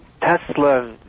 Tesla